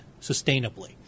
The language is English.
sustainably